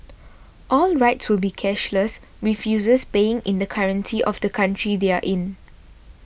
all rides will be cashless with users paying in the currency of the country they are in